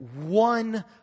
one